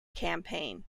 campaign